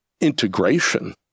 integration